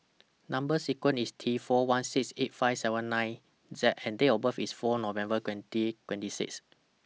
Number sequence IS T four one six eight five seven nine Z and Date of birth IS four November twenty twenty six